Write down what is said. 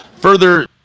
Further